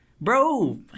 Bro